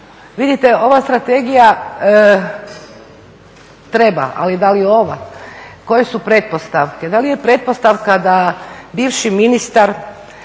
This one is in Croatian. Vidite, ova strategija treba, ali da li ova? Koje su pretpostavke? Da li je pretpostavka da bivši ministar